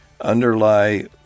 underlie